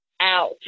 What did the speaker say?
out